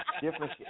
Different